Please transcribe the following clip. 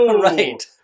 Right